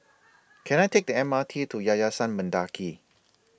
Can I Take The M R T to Yayasan Mendaki